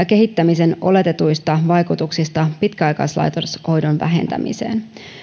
kehittämisen oletettuja vaikutuksia pitkäaikaislaitoshoidon vähentämiseen